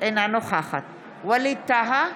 אינה נוכחת ווליד טאהא,